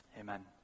Amen